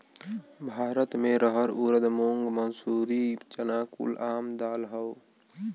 भारत मे रहर ऊरद मूंग मसूरी चना कुल आम दाल हौ